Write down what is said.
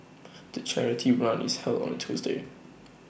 the charity run is held on A Tuesday